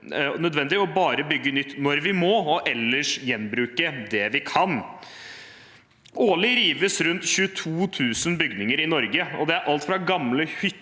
helt nødvendig å bare bygge nytt når vi må, og ellers gjenbruke det vi kan. Årlig rives rundt 22 000 bygninger i Norge. Det er alt fra gamle hytter